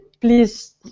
please